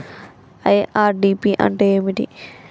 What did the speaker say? IRDP అంటే ఏమిటి?